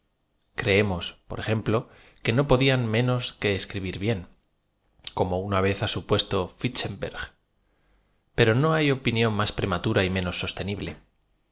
creomos por ejemplo que do podían menos de escribir bien como una v e z ha supuesto fichtenberg pero no hay opinión más prematura y menos sostenible